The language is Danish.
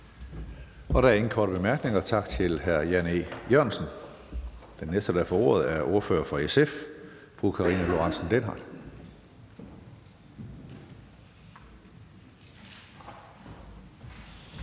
Der er ingen korte bemærkninger. Tak til hr. Jan E. Jørgensen. Den næste, der får ordet, er ordføreren for SF, fru Karina Lorentzen Dehnhardt.